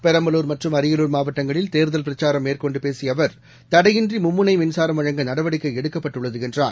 பெரம்பலூர் மற்றும் அரியலூர் மாவட்டங்களில் தேர்தல் பிரச்சாரம் மேற்கொண்டுபேசியஅவர் தடையின்றிமும்முனைமின்சாரம் வழங்க நடவடிக்கைஎடுக்கப்பட்டுள்ளதுஎன்றார்